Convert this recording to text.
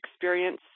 experience